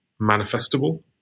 manifestable